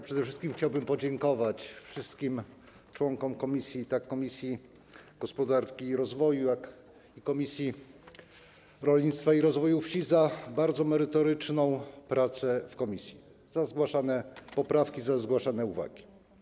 Przede wszystkim chciałbym podziękować wszystkim członkom komisji, tak Komisji Gospodarki i Rozwoju, jak i Komisji Rolnictwa i Rozwoju Wsi, za bardzo merytoryczną pracę w komisji, za zgłaszane poprawki i zgłaszane uwagi.